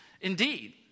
Indeed